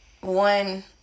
one